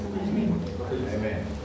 Amen